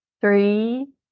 three